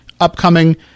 upcoming